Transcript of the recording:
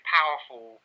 powerful